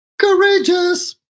courageous